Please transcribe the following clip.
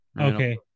Okay